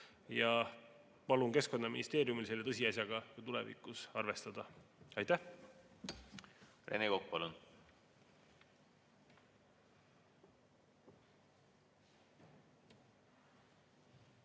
Ja palun Keskkonnaministeeriumil selle tõsiasjaga ka tulevikus arvestada. Aitäh! Rene Kokk, palun!